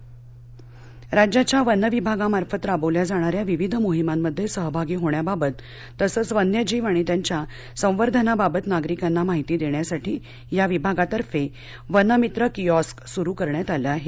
वनमित्र राज्याच्या वन विभागामार्फत राबवल्या जाणाऱ्या विविध मोहिमांमध्ये सहभागी होण्याबाबत तसंच वन्य जीव आणि त्यांच्या संवर्धनाबाबत नागरिकांना माहिती देण्यासाठी या विभागातर्फे वनमित्र किऑस्क सुरू करण्यात आलं आहे